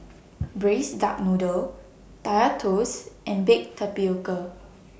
Braised Duck Noodle Kaya Toast and Baked Tapioca